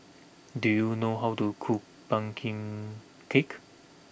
do you know how to cook Pumpkin Cake